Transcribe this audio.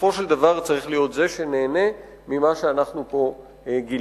שבסופו של דבר צריך להיות זה שנהנה ממה שאנחנו פה גילינו.